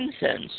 incense